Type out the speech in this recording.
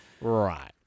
Right